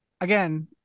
again